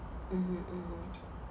mmhmm mmhmm